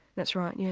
that's right, yes.